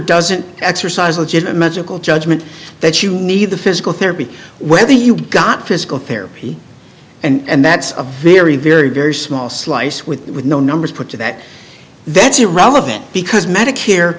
doesn't exercise legitimate medical judgment that you need the physical therapy whether you got physical therapy and that's a very very very small slice with no numbers put to that that's irrelevant because medicare